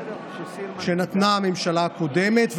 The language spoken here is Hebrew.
שנתנה הממשלה הקודמת,